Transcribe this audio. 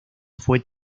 fue